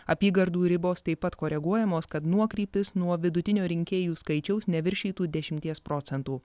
apygardų ribos taip pat koreguojamos kad nuokrypis nuo vidutinio rinkėjų skaičiaus neviršytų dešimties procentų